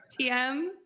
TM